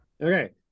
Okay